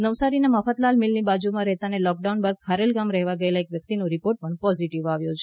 નવસારીના મફતલાલ મીલની બાજુમાં રહેતા અને લોકડાઉન બાદ ખારેલ ગામે રહેવા ગયેલ એક વ્યક્તિનો રિપોર્ટ પણ પોઝીટીવ આવ્યો છે